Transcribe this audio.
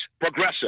progressive